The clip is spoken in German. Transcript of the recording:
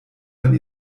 man